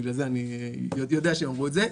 בגלל זה אני יודע שהם אמרו את זה,